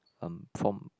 um from